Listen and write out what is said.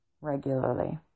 Regularly